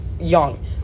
young